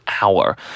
hour